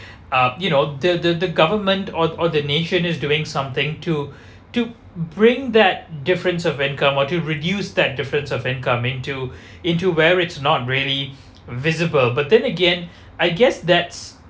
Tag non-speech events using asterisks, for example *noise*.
uh you know the the government or or the nation is doing something to to bring that difference of income or to reduce that difference of income into *breath* into where it's not really visible but then again I guess that's